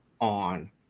on